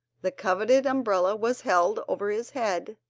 the coveted umbrella was held over his head,